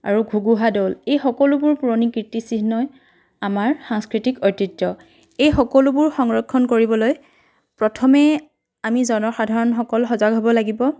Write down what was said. আৰু ঘুগুহা দৌল এই সকলোবোৰ পুৰণি কীৰ্তিচিহ্নই আমাৰ সাংস্কৃতিক ঐতিহ্য এই সকলোবোৰ সংৰক্ষণ কৰিবলৈ প্ৰথমে আমি জনসাধাৰণসকল সজাগ হ'ব লাগিব